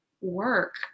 work